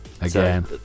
Again